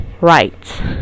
right